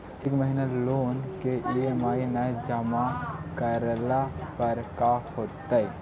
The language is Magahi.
एक महिना लोन के ई.एम.आई न जमा करला पर का होतइ?